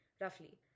roughly